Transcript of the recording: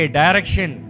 direction